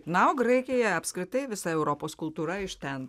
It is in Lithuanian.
na o graikija apskritai visa europos kultūra iš ten